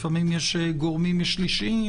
לפעמים יש גורמים שלישיים